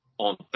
On